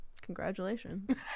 congratulations